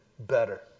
better